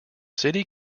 city